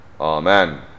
Amen